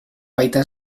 baitan